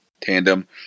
tandem